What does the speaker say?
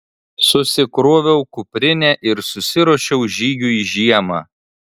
susikroviau kuprinę ir susiruošiau žygiui žiemą